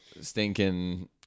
stinking